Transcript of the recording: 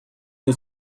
the